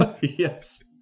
Yes